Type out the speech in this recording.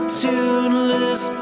tuneless